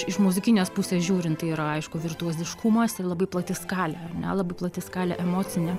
iš muzikinės pusės žiūrint tai yra aišku virtuoziškumas ir labai plati skalė ar ne labai plati skalė emocinė